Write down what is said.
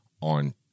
on